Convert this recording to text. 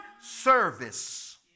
service